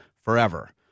forever